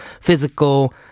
physical